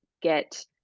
get